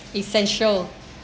essential